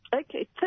Okay